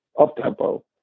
up-tempo